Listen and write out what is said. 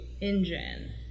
engine